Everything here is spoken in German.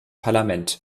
parlament